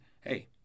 hey